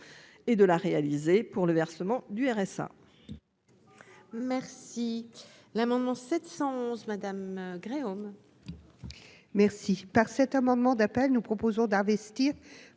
et de la réaliser pour le versement du RSA. Merci l'amendement 711 madame Gréaume. Merci par cet amendement d'appel, nous proposons d'investir